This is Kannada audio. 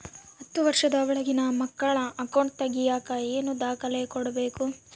ಹತ್ತುವಷ೯ದ ಒಳಗಿನ ಮಕ್ಕಳ ಅಕೌಂಟ್ ತಗಿಯಾಕ ಏನೇನು ದಾಖಲೆ ಕೊಡಬೇಕು?